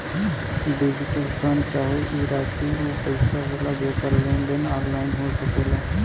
digital शन चाहे ई राशी ऊ पइसा होला जेकर लेन देन ऑनलाइन हो सकेला